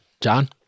john